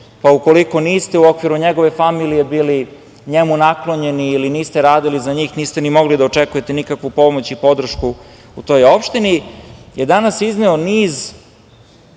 pa ukoliko niste u okviru njegove familije bili njemu naklonjeni ili niste radili za njih, niste ni mogli da očekujete nikakvu pomoć i podršku u toj opštini, je danas izneo niz